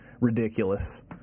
ridiculous